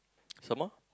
some more